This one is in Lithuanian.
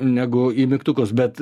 negu į mygtukus bet